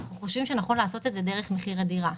אנחנו חושבים שנכון לעשות את זה דרך מחיר הדירה.